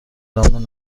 نام